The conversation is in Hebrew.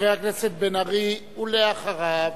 חבר הכנסת בן-ארי, ואחריו,